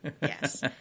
Yes